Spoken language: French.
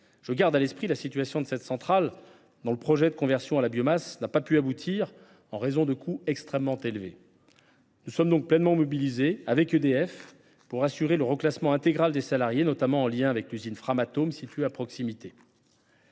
Je garde à l’esprit la situation de cette centrale, dont le projet de conversion à la biomasse n’a pu aboutir en raison de coûts extrêmement élevés. Nous sommes donc pleinement mobilisés, avec EDF, pour assurer le reclassement intégral des salariés, notamment en lien avec l’usine Framatome située à proximité.